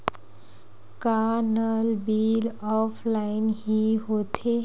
का नल bill offline हि होथे?